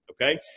Okay